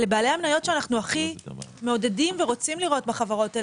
אלה בעלי המניות שאנחנו מעודדים ורוצים לראות בחברות.